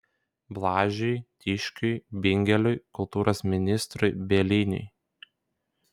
blažiui tiškui bingeliui kultūros ministrui bieliniui